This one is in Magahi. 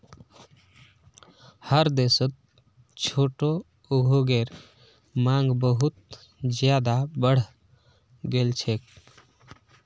हर देशत छोटो उद्योगेर मांग बहुत ज्यादा बढ़ गेल छेक